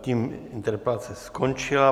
Tím interpelace skončila.